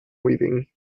weaving